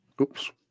Oops